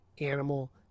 animal